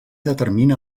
determina